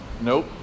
Nope